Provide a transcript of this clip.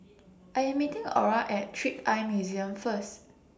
I Am meeting Orra At Trick Eye Museum First